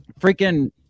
freaking